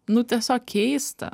nu tiesiog keista